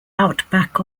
outback